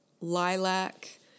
lilac